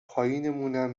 پایینمونم